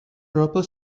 proper